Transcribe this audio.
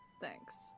Thanks